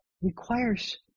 requires